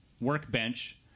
workbench